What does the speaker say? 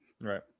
right